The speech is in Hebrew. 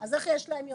אז איך יש להם יותר?